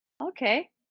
okay